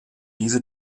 diese